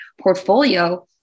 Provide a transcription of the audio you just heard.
portfolio